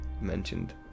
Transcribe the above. mentioned